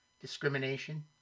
discrimination